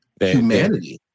humanity